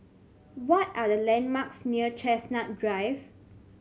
what are the landmarks near Chestnut Drive